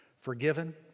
forgiven